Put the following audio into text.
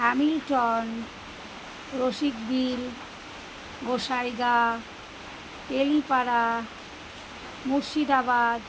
Hamilton Rasikbil Gosaigaon Elipara Murshidabad